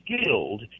skilled